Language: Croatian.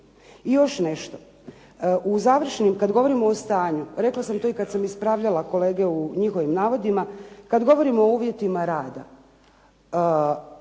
I još nešto. U završnim, kad govorimo o stanju, rekla sam to i kad sam ispravljala kolege u njihovim navodima, kad govorimo o uvjetima rada